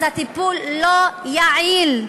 אז הטיפול לא יעיל.